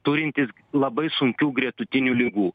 turintys labai sunkių gretutinių ligų